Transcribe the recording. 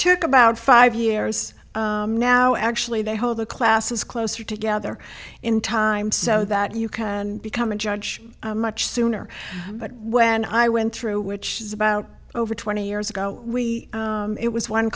took about five years now actually they hold the classes closer together in time so that you can become a judge much sooner but when i went through which is about over twenty years ago we it was one